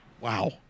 Wow